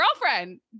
Girlfriend